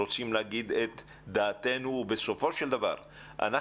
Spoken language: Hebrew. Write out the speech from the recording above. רוצים להגיד את דעתנו אבל בסופו של דבר אנחנו